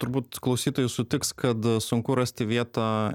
turbūt klausytojai sutiks kad sunku rasti vietą